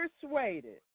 persuaded